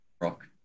rock